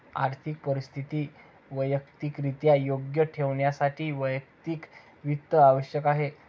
आर्थिक परिस्थिती वैयक्तिकरित्या योग्य ठेवण्यासाठी वैयक्तिक वित्त आवश्यक आहे